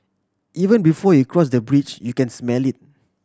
even before you cross the bridge you can smell it